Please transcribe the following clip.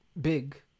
big